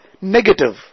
negative